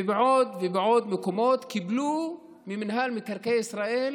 ובעוד ועוד מקומות קיבלו ממינהל מקרקעי ישראל